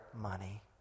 money